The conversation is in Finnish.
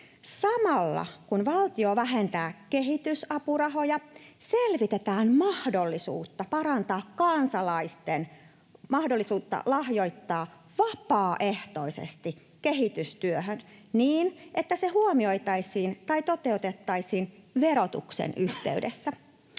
Samalla kun valtio vähentää kehitysapurahoja, selvitetään mahdollisuutta parantaa kansalaisten mahdollisuutta lahjoittaa vapaaehtoisesti kehitystyöhön niin, että se huomioitaisiin tai toteutettaisiin verotuksen yhteydessä.